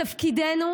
תפקידנו,